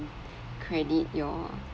credit your